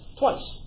twice